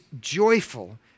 joyful